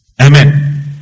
amen